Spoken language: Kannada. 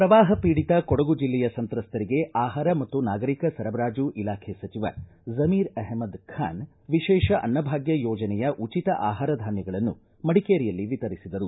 ಪ್ರವಾಹ ಪೀಡಿತ ಕೊಡಗು ಜಿಲ್ಲೆಯ ಸಂತ್ರಸ್ತರಿಗೆ ಆಹಾರ ಮತ್ತು ನಾಗರಿಕ ಸರಬರಾಜು ಇಲಾಖೆ ಸಚಿವ ಜ್ಯಮೀರ್ ಅಹ್ಮದ್ ಖಾನ್ ವಿಶೇಷ ಅನ್ನಭಾಗ್ಯ ಯೋಜನೆಯ ಉಚಿತ ಆಹಾರ ಧಾನ್ಯಗಳನ್ನು ಮಡಿಕೇರಿಯಲ್ಲಿ ವಿತರಿಸಿದರು